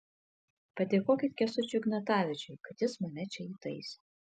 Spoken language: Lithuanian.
padėkokit kęstučiui ignatavičiui kad jis mane čia įtaisė